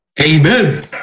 Amen